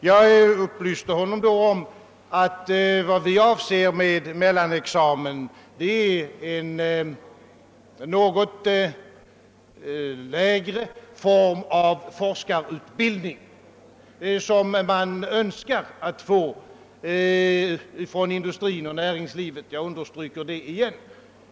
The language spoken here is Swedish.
Jag upplyste honom då om att vad vi avser med mellanexamen är en något lägre form av forskarutbildning än doktorsexamen som man inom industrin och näringslivet — jag understryker detta igen — önskar få inrättad.